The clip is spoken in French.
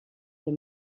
les